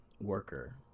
worker